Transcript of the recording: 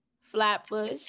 flatbush